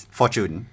fortune